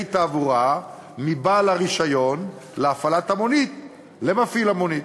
תעבורה מבעל הרישיון להפעלת המונית למפעיל המונית.